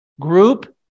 group